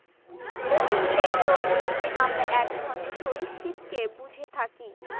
alligator বলতে আমরা এক ধরনের সরীসৃপকে বুঝে থাকি